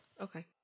Okay